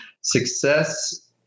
success